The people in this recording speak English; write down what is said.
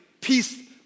Peace